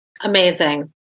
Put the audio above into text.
Amazing